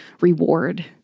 reward